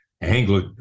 Anglo